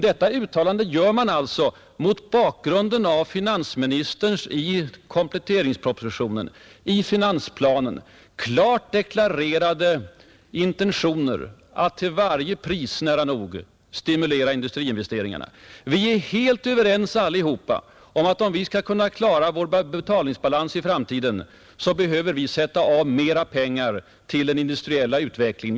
Detta uttalande gör utskottsmajoriteten alltså mot bakgrund av finansministerns i kompletteringspropositionen och i finansplanen klart deklarerade intentioner att till varje pris, nära nog, stimulera industriinvesteringarna. Vi är alla helt överens om att vi, om vi skall kunna klara vår betalningsbalans i framtiden, behöver sätta av mer pengar till den industriella utvecklingen.